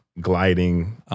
gliding